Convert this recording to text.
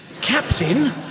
Captain